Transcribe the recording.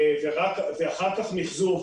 אחר כך מחזור,